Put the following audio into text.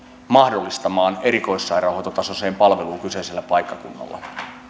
mahdollistamaan erikoissairaanhoitotasoiseen palveluun kyseisellä paikkakunnalla